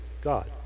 God